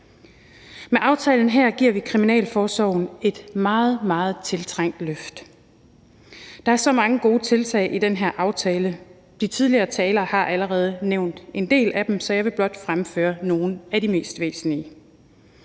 Med aftalen her giver kriminalforsorgen et meget, meget tiltrængt løft. Der er så mange gode tiltag i den her aftale, og de tidligere talere har allerede nævnt en del af dem, så jeg vil blot fremføre nogle af de mest væsentlige.